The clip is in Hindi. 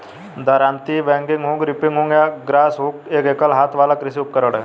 दरांती, बैगिंग हुक, रीपिंग हुक या ग्रासहुक एक एकल हाथ वाला कृषि उपकरण है